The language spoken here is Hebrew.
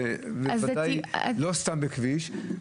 ולא סתם בכביש.